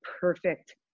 perfect